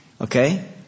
Okay